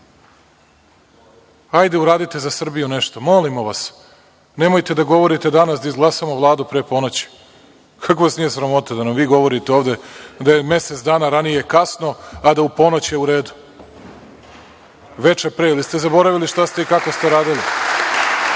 uradite za Srbiju nešto, molimo vas. Nemojte da govorite danas da izglasamo Vladu pre ponoći. Kako vas nije sramota da nam vi govorite ovde da je mesec dana ranije kasno, a da je u ponoć u redu veče pre, ili ste zaboravili šta ste i kako ste uradili.